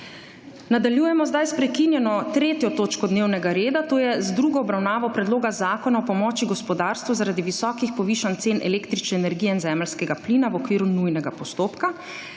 Nadaljujemo sedaj s prekinjeno 3. točko dnevnega reda - druga obravnava Predloga zakona o pomoči gospodarstvu zaradi visokih povišanj cen električne energije in zemeljskega plina, v okviru nujnega postopka.